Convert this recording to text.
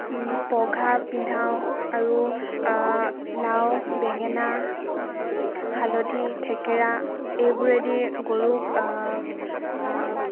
পঘা পিন্ধাওঁ আৰু লাও বেঙেনা হালধি থেকেৰা এইবোৰেদি গৰুক